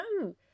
No